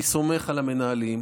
אני סומך על המנהלים,